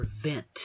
prevent